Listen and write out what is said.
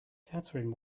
catherine